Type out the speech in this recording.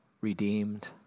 redeemed